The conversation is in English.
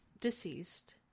deceased